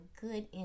good